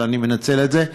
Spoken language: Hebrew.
אבל אני מנצל את זה.